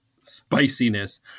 spiciness